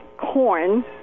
corn